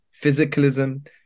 physicalism